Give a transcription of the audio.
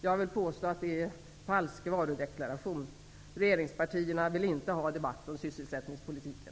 Jag vill påstå att det är fråga om falsk varudeklaration. Regeringspartierna vill inte ha debatt om sysselsättningspolitiken.